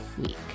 week